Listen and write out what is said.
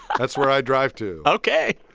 that's where i drive to ok.